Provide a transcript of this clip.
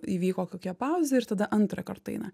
įvyko kokia pauzė ir tada antrąkart eina